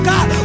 God